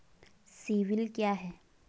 CIBIL क्या है?